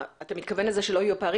אתה מתכוון לזה שלא יהיו פערים?